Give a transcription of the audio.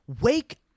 Wake